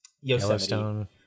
Yellowstone